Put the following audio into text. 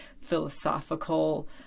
philosophical